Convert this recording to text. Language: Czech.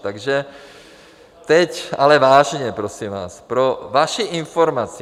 Takže teď ale vážně, prosím vás, pro vaši informaci.